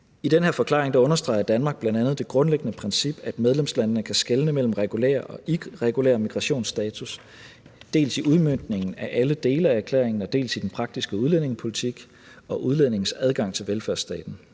I den her forklaring understreger Danmark bl.a. det grundlæggende princip, at medlemslandene kan skelne mellem regulær og irregulær migrationsstatus, dels i udmøntningen af alle dele af erklæringen, dels i den praktiske udlændingepolitik og udlændinges adgang til velfærdsstaten.